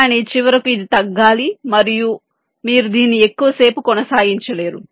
కానీ చివరకు ఇది తగ్గాలి మరియు మీరు దీన్ని ఎక్కువసేపు కొనసాగించలేరు